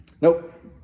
Nope